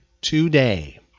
today